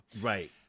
Right